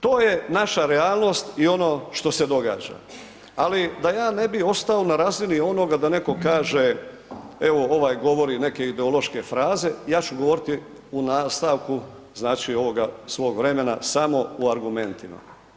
Vidite, to je naša realnost i ono što se događa ali da je ne bi ostao na razini onoga da neko kaže evo ovaj govori neke ideološke fraze, ja ću govoriti u nastavku znači ovoga svoga vremena samo u argumentima.